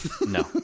No